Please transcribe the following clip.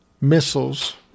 missiles